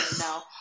no